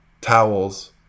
towels